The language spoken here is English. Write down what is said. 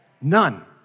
None